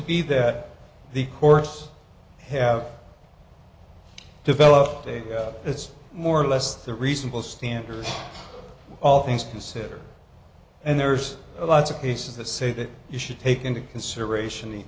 be that the courts have developed a it's more or less the reasonable standard all things considered and there's lots of pieces that say that you should take into consideration the